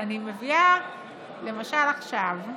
אני מביאה למשל עכשיו,